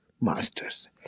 masters